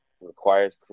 requires